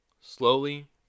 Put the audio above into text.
Slowly